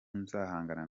nzahangana